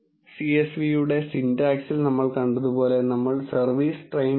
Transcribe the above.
csv യുടെ സിന്റക്സിൽ നമ്മൾ കണ്ടതുപോലെ നമ്മൾ servicetrain